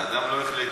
אתה אדם לא החלטי.